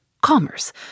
Commerce